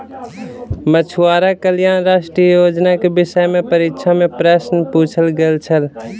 मछुआरा कल्याण राष्ट्रीय योजना के विषय में परीक्षा में प्रश्न पुछल गेल छल